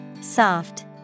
Soft